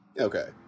Okay